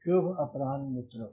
शुभ अपराह्न मित्रों